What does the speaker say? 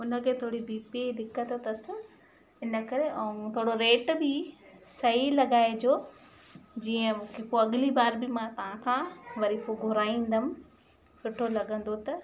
उन खे थोरी बीपीअ जी दिक़त अथसि इन करे ऐं थोरो रेट बि सई लॻाइजो जीअं पोइ अगली बार बि मां तव्हां खां वरी पो घुराईंदमि सुठो लॻंदो त